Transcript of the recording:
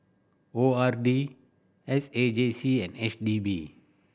O R D S A J C and H D B